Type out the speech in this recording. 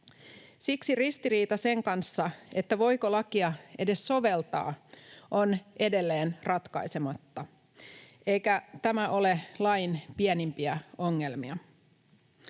Siksi ristiriita sen kanssa, voiko lakia edes soveltaa, on edelleen ratkaisematta. Eikä tämä ole lain pienimpiä ongelmia.